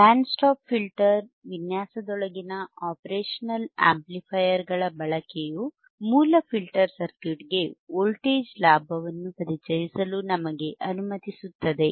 band stop filter ವಿನ್ಯಾಸದೊಳಗಿನ operational amplifier ಗಳ ಬಳಕೆಯು ಮೂಲ ಫಿಲ್ಟರ್ ಸರ್ಕ್ಯೂಟ್ಗೆ ವೋಲ್ಟೇಜ್ ಲಾಭವನ್ನು ಪರಿಚಯಿಸಲು ನಮಗೆ ಅನುಮತಿಸುತ್ತದೆ